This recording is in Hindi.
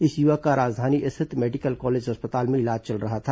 इस युवक का राजधानी स्थित मेडिकल कॉलेज अस्पताल में इलाज चल रहा था